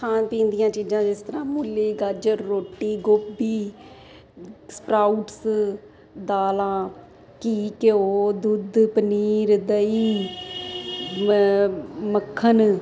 ਖਾਣ ਪੀਣ ਦੀਆਂ ਚੀਜ਼ਾਂ ਜਿਸ ਤਰ੍ਹਾਂ ਮੂਲੀ ਗਾਜਰ ਰੋਟੀ ਗੋਭੀ ਸਪਰਾਊਟਸ ਦਾਲਾਂ ਘੀ ਘਿਓ ਦੁੱਧ ਪਨੀਰ ਦਹੀਂ ਮੱਖਣ